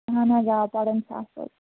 اَہَن حظ آ پَران چھُ اَصٕل